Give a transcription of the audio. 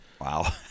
Wow